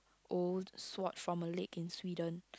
old sword from a lake in Sweden